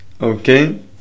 Okay